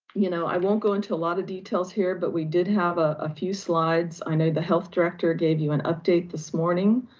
you know, i won't go into a lot of details here, but we did have ah a few slides. i know the health director gave you an update this morning.